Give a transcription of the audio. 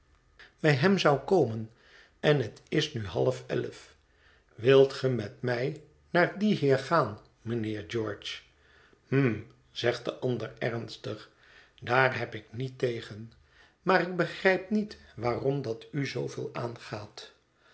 bij hem zou komen en het is nu half elf wilt ge met mij naar dien heer gaan mijnheer george hm zegt de ander ernstig daar heb ik niet tegen maar ik begrijp niet waarom dat u zooveel aangaat